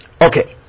Okay